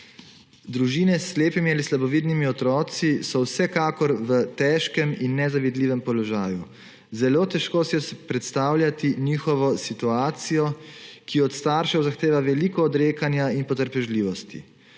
Družine s slepimi ali slabovidnimi otroki so vsekakor v težkem in nezavidljivem položaju. Zelo težko si je predstavljati njihovo situacijo, ki od staršev zahteva veliko odrekanja in potrpežljivosti.